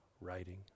writing